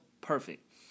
perfect